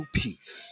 peace